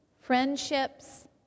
friendships